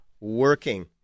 working